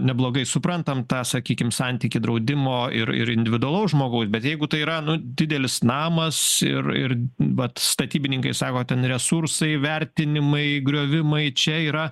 neblogai suprantam tą sakykim santykį draudimo ir ir individualaus žmogaus bet jeigu tai yra nu didelis namas ir ir vat statybininkai sako ten resursai vertinimai griovimai čia yra